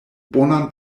bonan